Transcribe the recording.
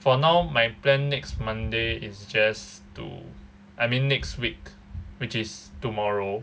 for now my plan next monday is just to I mean next week which is tomorrow